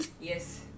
Yes